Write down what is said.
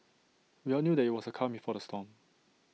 we all knew that IT was the calm before the storm